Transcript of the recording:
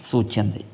सूच्यन्ते